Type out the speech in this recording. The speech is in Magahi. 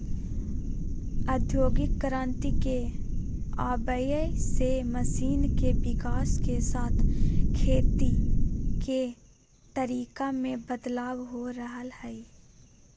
औद्योगिक क्रांति के आवय से मशीन के विकाश के साथ खेती के तरीका मे बदलाव हो रहल हई